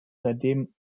seitdem